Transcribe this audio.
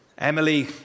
Emily